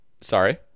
Sorry